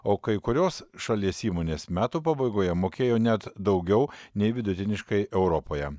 o kai kurios šalies įmonės metų pabaigoje mokėjo net daugiau nei vidutiniškai europoje